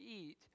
eat